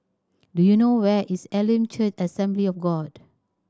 do you know where is Elim Church Assembly of God